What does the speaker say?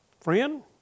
friend